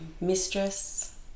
mistress